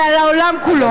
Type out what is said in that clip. ועל העולם כולו.